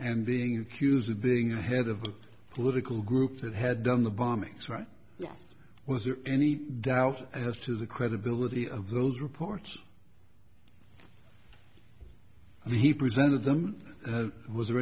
and being accused of being the head of a political group that had done the bombings right yes was there any doubt as to the credibility of those reports he presented them was